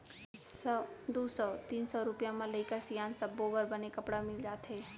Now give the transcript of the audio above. सौ, दू सौ, तीन सौ रूपिया म लइका सियान सब्बो बर बने कपड़ा मिल जाथे